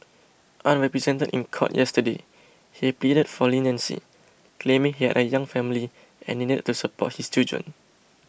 unrepresented in court yesterday he pleaded for leniency claiming he had a young family and needed to support his children